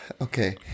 Okay